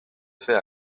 fait